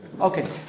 Okay